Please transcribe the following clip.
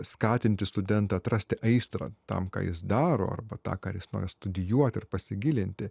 skatinti studentą atrasti aistrą tam ką jis daro arba tą ką jis nori studijuoti ir pasigilinti